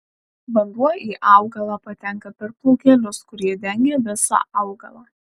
vanduo į augalą patenka per plaukelius kurie dengia visą augalą